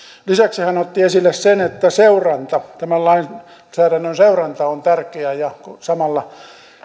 lisäksi hän otti esille sen että tämän lainsäädännön seuranta on tärkeää ja samalla